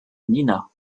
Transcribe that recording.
nina